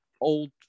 old